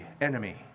enemy